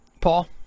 Paul